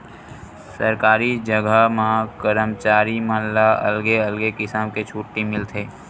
सरकारी जघा म करमचारी मन ला अलगे अलगे किसम के छुट्टी मिलथे